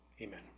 amen